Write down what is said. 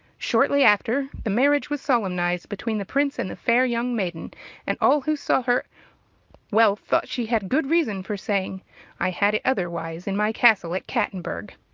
shortly after the marriage was solemnized between the prince and fair young maiden and all who saw her wealth thought she had good reason for saying i had it otherwise in my castle at cattenburg.